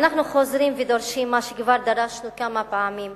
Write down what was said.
אנחנו חוזרים ודורשים מה שכבר דרשנו כמה פעמים: